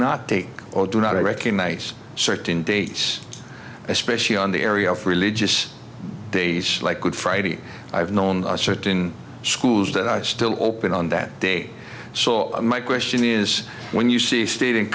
not take or do not recognize certain days especially on the area of religious days like good friday i have known a certain schools that are still open on that day so my question is when you see